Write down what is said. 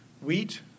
Wheat